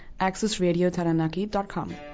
accessradiotaranaki.com